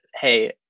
Hey